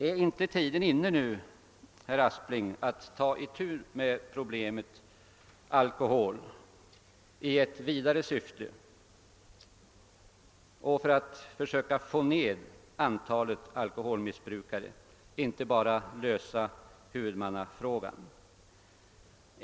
Är inte tiden inne, herr Aspling, att ta itu med problemet alkohol i ett vidare syfte: för att försöka bringa ned antalet alkoholmissbrukare och inte bara för att lösa huvudmannafrågan?